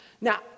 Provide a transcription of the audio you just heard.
Now